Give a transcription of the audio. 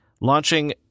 launching